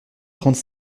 trente